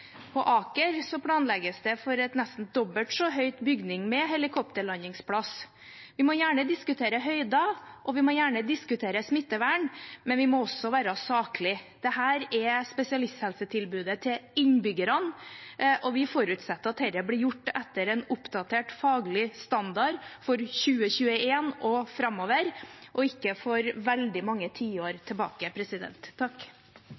På Aker planlegges det for en nesten dobbelt så høy bygning, med helikopterlandingsplass. Vi må gjerne diskutere høyder, og vi må gjerne diskutere smittevern, men vi må også være saklige. Dette er spesialisthelsetilbudet til innbyggerne, og vi forutsetter at dette blir gjort etter en oppdatert faglig standard for 2021 og framover, ikke for veldig mange